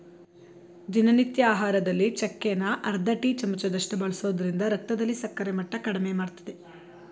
ದಿನನಿತ್ಯ ಆಹಾರದಲ್ಲಿ ಚಕ್ಕೆನ ಅರ್ಧ ಟೀ ಚಮಚದಷ್ಟು ಬಳಸೋದ್ರಿಂದ ರಕ್ತದಲ್ಲಿ ಸಕ್ಕರೆ ಮಟ್ಟ ಕಡಿಮೆಮಾಡ್ತದೆ